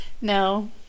no